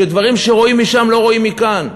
שדברים שרואים משם לא רואים מכאן.